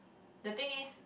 the thing is